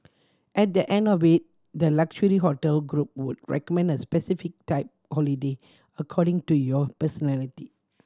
at the end of we the luxury hotel group would recommend a specific type holiday according to your personality